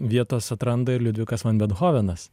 vietos atranda ir liudvikas van bethovenas